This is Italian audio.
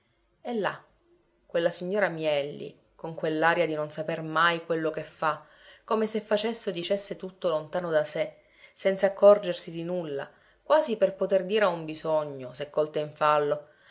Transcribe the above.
e là quella signora mielli con quell'aria di non saper mai quello che fa come se facesse o dicesse tutto lontano da sé senz'accorgersi di nulla quasi per poter dire a un bisogno se colta in fallo